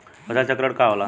फसल चक्रण का होला?